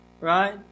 Right